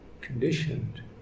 conditioned